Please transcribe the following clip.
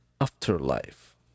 afterlife